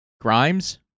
Grimes